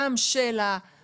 ותחתמו כן או